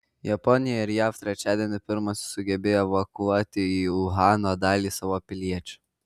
japonija ir jav trečiadienį pirmosios sugebėjo evakuoti į uhano dalį savo piliečių